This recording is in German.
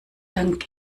dank